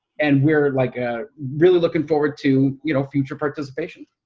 and we're like ah really looking forward to you know future participation.